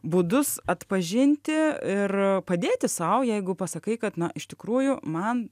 būdus atpažinti ir padėti sau jeigu pasakai kad na iš tikrųjų man